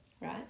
right